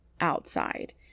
outside